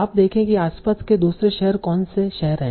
आप देखे की आसपास के दूसरे शहर कौन से शहर हैं